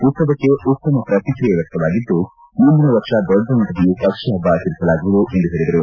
ಉತ್ಸವಕ್ಕೆ ಉತ್ತಮ ಪ್ರಕ್ರಿಯೆ ವ್ಯಕ್ತವಾಗಿದ್ದು ಮುಂದಿನ ವರ್ಷ ದೊಡ್ಡ ಮಟ್ಟದಲ್ಲಿ ಪಕ್ಷಿ ಪಬ್ಬ ಆಚರಿಸಲಾಗುವುದು ಎಂದು ಹೇಳಿದರು